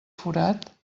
forat